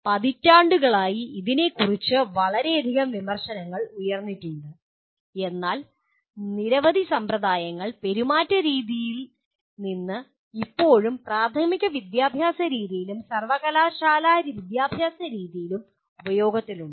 പതിറ്റാണ്ടുകളായി ഇതിനെക്കുറിച്ച് വളരെയധികം വിമർശനങ്ങൾ ഉയർന്നിട്ടുണ്ട് എന്നാൽ നിരവധി സമ്പ്രദായങ്ങൾ പെരുമാറ്റരീതിയിൽ നിന്ന് ഇപ്പോഴും പ്രാഥമിക വിദ്യാഭ്യാസ രീതിയിലും സർവ്വകലാശാലാ വിദ്യാഭ്യാസ രീതിയിലും ഉപയോഗത്തിലുണ്ട്